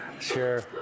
Sure